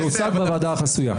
זה הוצג בוועדה החסויה.